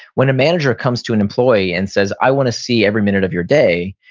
when a manager comes to an employee and says, i want to see every minute of your day,